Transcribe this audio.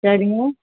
சரிங்க